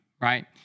right